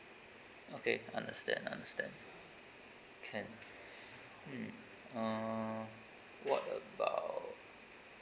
okay understand understand can mm uh what about